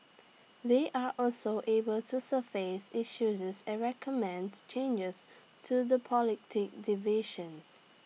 they are also able to surface issues and recommends changes to the division